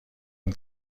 این